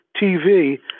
TV